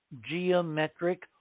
geometric